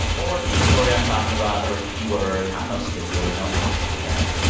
or get the story i'm talking about or a keyword. i'm no stickler, no alex trebek.